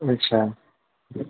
अच्छा